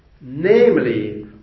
Namely